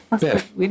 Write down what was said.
Biff